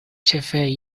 ĉefe